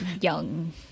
young